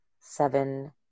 seven